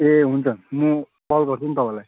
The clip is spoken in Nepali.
ए हुन्छ म कल गर्छु नि तपाईँलाई